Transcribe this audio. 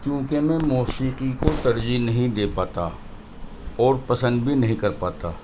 چوں کہ میں موسیقی کو ترجیح نہیں دے پاتا اور پسند بھی نہیں کر پاتا